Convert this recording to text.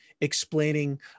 explaining